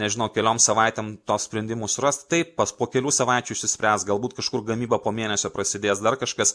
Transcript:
nežinau keliom savaitėm tuos sprendimus surast taip pas po kelių savaičių išsispręs galbūt kažkur gamyba po mėnesio prasidės dar kažkas